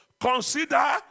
consider